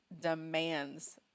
demands